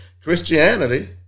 Christianity